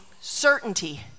certainty